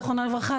זיכרונה לברכה,